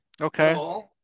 Okay